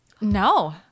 No